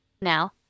now